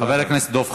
חבר הכנסת דב חנין,